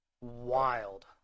Wild